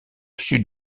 sud